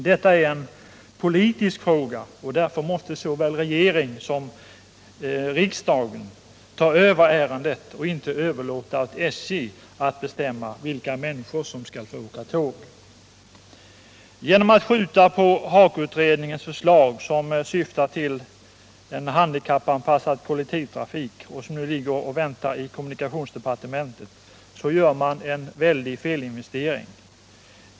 Detta är en politisk fråga, och därför måste såväl regering som riksdag ta över ärendet och inte överlåta åt SJ att bestämma vilka människor som skall få åka tåg. Genom att skjuta på HAKO-utredningens förslag, som syftar till en handikappanpassad trafikpolitik och som nu ligger och väntar i kommunikationsdepartementet, gör man en väldig felinvestering.